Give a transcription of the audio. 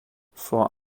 vor